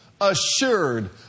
assured